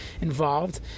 involved